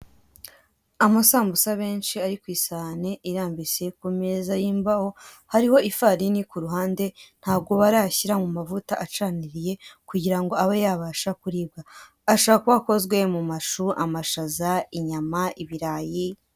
Amasambusa menshi, ari ku isahani irambitse ku meza y'imbaho, hariho ifarini ku ruhande, ntabwo barayashyira mu mavuta acaniriye kugira ngo abe yabasha kuribwa. Ashobora kuba akozwe mu mashu, amashaza, inyama, ibirayi.